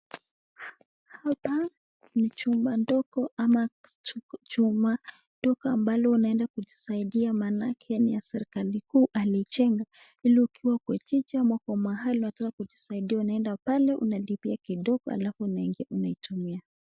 Hapa ni chumba ndogo ama chumba ndogo ambalo unaenda kujisaidia manake ni ya serikali kuu alijenga ili ukiwa kwa jiji ama kwa mahali unataka kujisaidia unaenda pale unalipia kidogo alafu unaingia unaitumia.